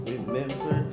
Remember